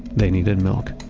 they needed milk.